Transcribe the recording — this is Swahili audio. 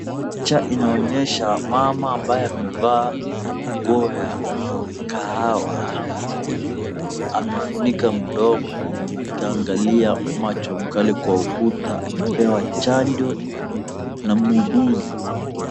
Picha inaonyesha mama ambaye amevaa nguo ya kahawa amefunika mdomo akiangalia macho makali kwa ukuta akipewa chanjo na muuguzi.